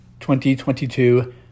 2022